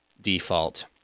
default